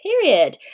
period